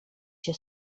się